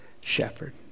shepherd